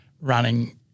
running